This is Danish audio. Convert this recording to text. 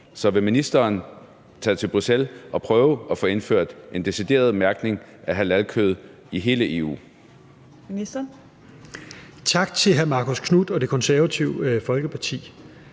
Så vil ministeren tage til Bruxelles og prøve at få indført en decideret mærkning af halalkød i hele EU?